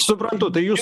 suprantu tai jūs